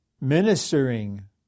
Ministering